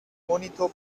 monitor